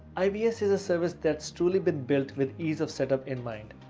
ivs is a service that's truly been built with ease of setup in mind.